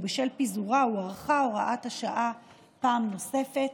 ובשל פיזורה הוארכה הוראת השעה פעם נוספת,